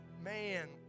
man